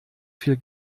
viel